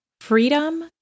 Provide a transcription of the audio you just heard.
freedom